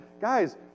Guys